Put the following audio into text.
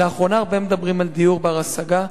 לאחרונה הרבה מדברים על דיור בר-השגה,